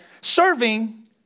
serving